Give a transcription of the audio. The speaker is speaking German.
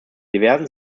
diversen